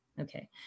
Okay